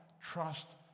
trust